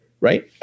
Right